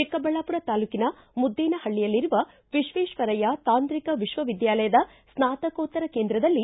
ಚಿಕ್ಕಬಳ್ಳಾಮರ ತಾಲೂಕಿನ ಮುದ್ದೇನಪಳ್ಳಿಯಲ್ಲಿರುವ ವಿಶ್ವೇಶ್ವರಯ್ಯ ತಾಂತ್ರಿಕ ವಿಶ್ವವಿದ್ಯಾಲಯದ ಸ್ನಾತಕೋತ್ತರ ಕೇಂದ್ರದಲ್ಲಿ